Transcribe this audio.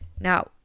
Now